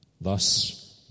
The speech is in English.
thus